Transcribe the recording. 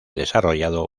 desarrollado